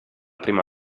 prima